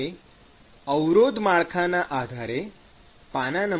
આપણે અવરોધ માળખાના આધારે પાનાં નં